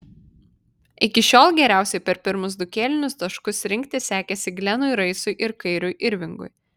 iki šiol geriausiai per pirmus du kėlinius taškus rinkti sekėsi glenui raisui ir kairiui irvingui